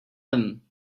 him